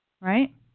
right